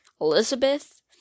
Elizabeth